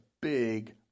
big